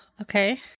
okay